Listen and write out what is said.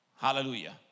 Hallelujah